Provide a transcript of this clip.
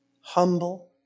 humble